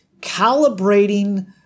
calibrating